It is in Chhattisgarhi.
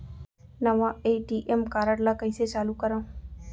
नवा ए.टी.एम कारड ल कइसे चालू करव?